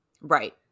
Right